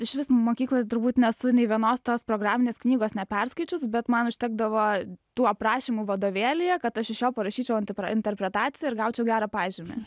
išvis mokykloj turbūt nesu nei vienos tos programinės knygos neperskaičius bet man užtekdavo tų aprašymų vadovėlyje kad aš iš jo parašyčiau antipra interpretaciją ir gaučiau gerą pažymį